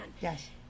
Yes